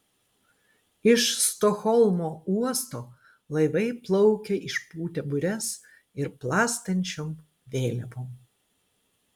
iš stokholmo uosto laivai plaukia išpūtę bures ir plastančiom vėliavom